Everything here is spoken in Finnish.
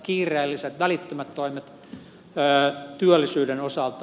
kiireelliset välittömät toimet työllisyyden osalta